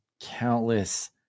countless